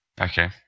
Okay